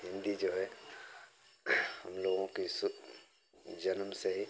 हिन्दी जो है हम लोगों की शुद्ध जन्म से ही